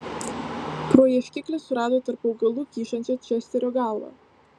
pro ieškiklį surado tarp augalų kyšančią česterio galvą